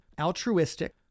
altruistic